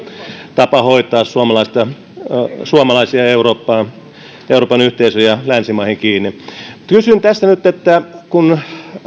tapa hoitaa suomalaisia eurooppaan euroopan yhteisöön ja länsimaihin kiinni kysyn nyt kun